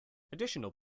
additional